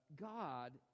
God